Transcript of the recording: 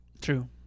True